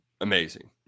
amazing